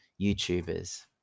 YouTubers